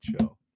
show